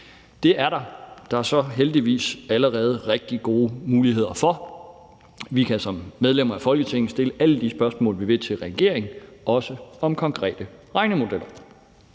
Det er der så heldigvis allerede rigtig gode muligheder for. Vi kan som medlemmer af Folketinget stille alle de spørgsmål, vi vil, til regeringen, også om konkrete regnemodeller.